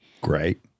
Great